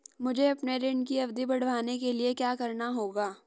मुझे अपने ऋण की अवधि बढ़वाने के लिए क्या करना होगा?